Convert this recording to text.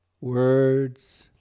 words